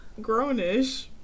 grownish